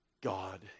God